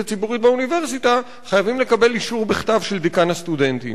וציבורית באוניברסיטה חייבים לקבל אישור בכתב של דיקן הסטודנטים.